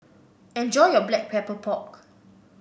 enjoy your Black Pepper Pork